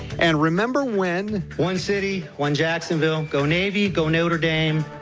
and remember when one city one jacksonville go navy go notre dame,